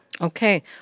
Okay